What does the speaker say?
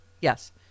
yes